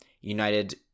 United